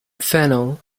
phenol